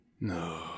No